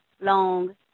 long